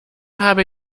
habe